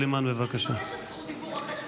לך תתלונן, אדון טיבי הבכיין,